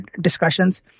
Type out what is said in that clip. discussions